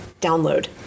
download